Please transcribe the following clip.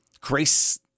Grace